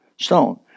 Stone